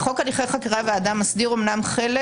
חוק הליכי חקירה והעדה מסדיר אומנם חלק